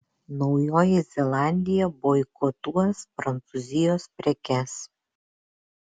naujoji zelandija boikotuos prancūzijos prekes